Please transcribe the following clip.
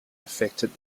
affected